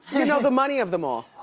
you know the money of them all.